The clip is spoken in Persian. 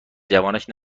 جوانش